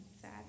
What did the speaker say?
sad